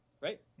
Right